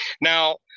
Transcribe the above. Now